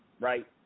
Right